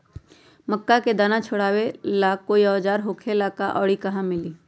मक्का के दाना छोराबेला कोई औजार होखेला का और इ कहा मिली?